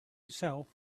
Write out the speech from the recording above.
itself